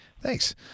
Thanks